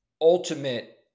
ultimate